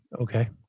Okay